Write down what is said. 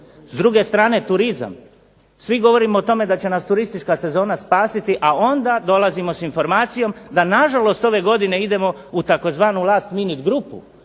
S druge strane turizam. Svi govorimo o tome da će nas turistička sezona spasiti, a onda dolazimo s informacijom da na žalost ove godine idemo u tzv. last minute grupu,